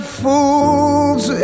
fools